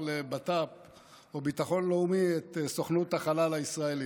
לבט"פ או לביטחון לאומי את סוכנות החלל הישראלית.